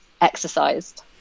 exercised